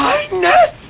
Kindness